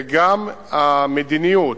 וגם המדיניות